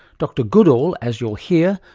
dr goodall, as you'll hear,